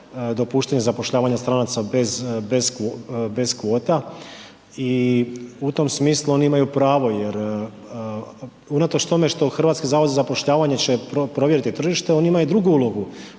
dopuštanje zapošljavanja stranaca bez kvota i u tom smislu oni imaju pravo jer unatoč tome što HZZ će provjeriti tržište on ima i drugu ulogu,